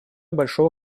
большего